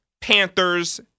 Panthers